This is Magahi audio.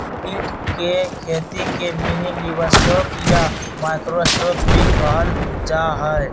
कीट के खेती के मिनीलिवस्टॉक या माइक्रो स्टॉक भी कहल जाहई